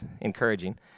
encouraging